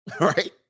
right